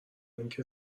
اینکه